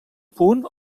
punt